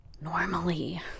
normally